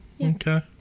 okay